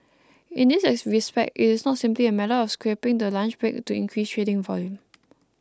in this respect it is not simply a matter of scrapping the lunch break to increase trading volume